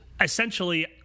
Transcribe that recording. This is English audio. essentially